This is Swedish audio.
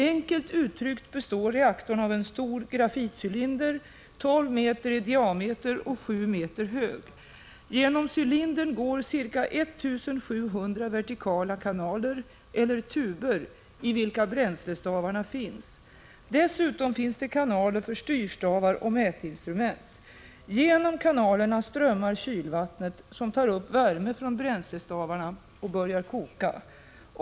Enkelt uttryckt består reaktorn av en stor grafitcylinder, 12 meter i diameter och 7 meter hög. Genom cylindern går ca 1 700 vertikala kanaler, eller tuber, i vilka bränslestavarna finns. Dessutom finns det kanaler för styrstavar och mätinstrument. Genom kanalerna strömmar kylvattnet, som tar upp värme från bränslestavarna och börjar koka.